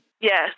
yes